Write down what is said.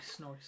nice